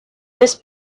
this